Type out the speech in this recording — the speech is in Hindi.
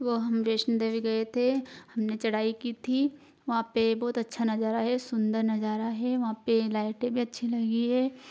वो हम वैष्णो देवी गए थे हमने चढ़ाई की थी वहाँ पर बहुत अच्छा नज़ारा है सुन्दर नज़ारा है वहाँ पर लाइटें भी अच्छी लगी है